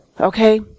Okay